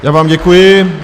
Já vám děkuji.